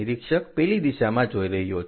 નિરીક્ષક પેલી દિશામાં જોઈ રહ્યો છે